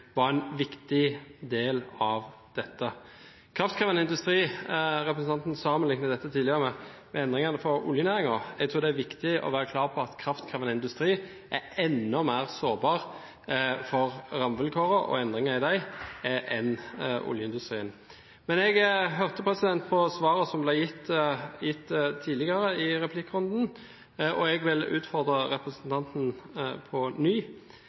Jeg tror det er viktig å være klar på at kraftkrevende industri er enda mer sårbar for rammevilkårene – og endringene i dem – enn oljeindustrien. Jeg hørte på svaret som ble gitt tidligere i replikkrunden, og jeg vil utfordre representanten på ny: